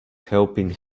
helping